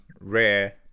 rare